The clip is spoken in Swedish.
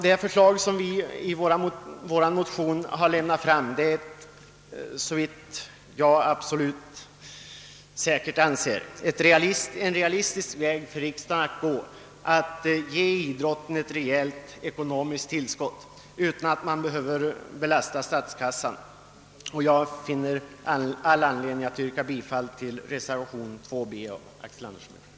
Det förslag som vi framställt i vår motion är enligt vad jag anser en realistisk väg för riksdagen att gå för att ge idrotten ett rejält ekonomiskt tillskott utan att belasta statskassan. Jag har alltså mycket goda skäl för att yrka bifall till reservation 2 b av herr Axel Andersson m.fl.